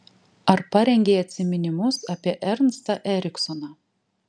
ar parengei atsiminimus apie ernstą eriksoną